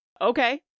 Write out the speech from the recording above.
Okay